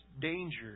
danger